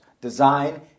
Design